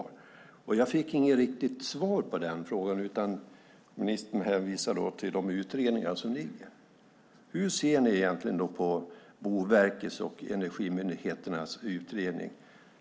Jag fick inget riktigt svar på min fråga, utan ministern hänvisade till de utredningar som föreligger. Hur ser ni egentligen på Boverkets och Energimyndighetens utredning?